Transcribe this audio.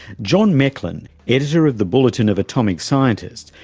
john mecklin, editor of the bulletin of atomic scientists,